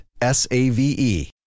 S-A-V-E